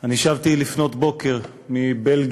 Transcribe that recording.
אני שבתי לפנות בוקר מבלגיה,